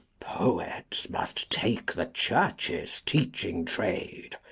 poets must take the churches teaching trade,